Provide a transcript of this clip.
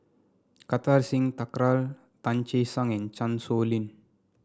Kartar Singh Thakral Tan Che Sang and Chan Sow Lin